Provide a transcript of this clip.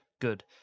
Good